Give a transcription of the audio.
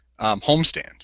homestand